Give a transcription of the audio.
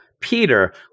Peter